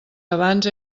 abans